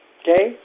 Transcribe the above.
okay